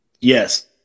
yes